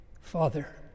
Father